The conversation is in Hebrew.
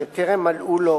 שטרם מלאו לו